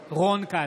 בעד רון כץ,